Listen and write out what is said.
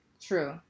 True